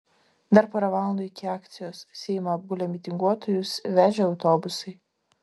dar pora valandų iki akcijos seimą apgulė mitinguotojus vežę autobusai